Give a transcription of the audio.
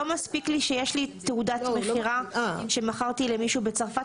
לא מספיק לי שיש לי תעודת מכירה שמכרתי למישהו בצרפת?